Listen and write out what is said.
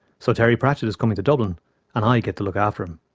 so terry pratchett is coming to dublin and i get to look after him.